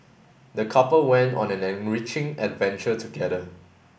the couple went on an enriching adventure together